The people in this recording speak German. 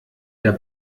der